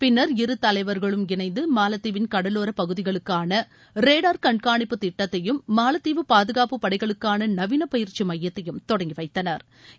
பின்னர் இரு தலைவர்களும் இணைந்து மாலத்தீவின் கடலோர பகுதிகளுக்கான ரேடார் கண்கானிப்பு திட்டத்தையும் மாலத்தீவு பாதுகாப்பு படைகளுக்கான நவீன பயிற்சி மையத்தையும் தொடங்கி வைத்தனா்